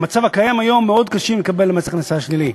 במצב הקיים היום מאוד קשה לקבל מס הכנסה שלילי.